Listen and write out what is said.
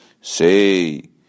Say